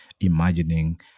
imagining